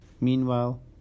Meanwhile